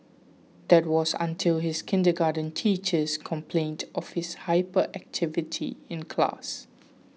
that was until his kindergarten teachers complained of his hyperactivity in class